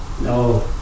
No